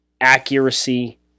accuracy